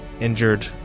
injured